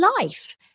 life